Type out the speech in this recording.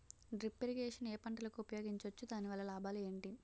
Drip irrigation ఏ పంటలకు ఉపయోగించవచ్చు? దాని వల్ల లాభాలు ఏంటి?